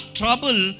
trouble